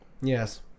Yes